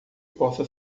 possa